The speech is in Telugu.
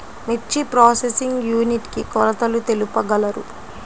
మిర్చి ప్రోసెసింగ్ యూనిట్ కి కొలతలు తెలుపగలరు?